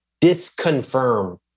disconfirm